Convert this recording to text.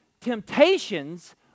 Temptations